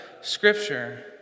Scripture